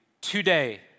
today